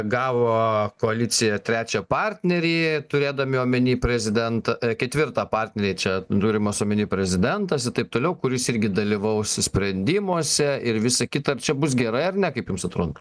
gavo koalicija trečią partnerį turėdami omeny prezident ketvirtą partnerį čia turimas omeny prezidentas i taip toliau kuris irgi dalyvaus sprendimuose ir visa kita ar čia bus gerai ar ne kaip jums atrodo